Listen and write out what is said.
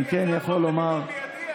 אני הבאתי הצעת חוק לביטול מיידי.